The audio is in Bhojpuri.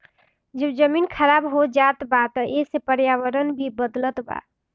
जब जमीन खराब होत जात बा त एसे पर्यावरण भी बदलत बा